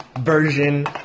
version